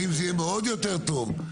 האם זה יהיה הרבה יותר טוב.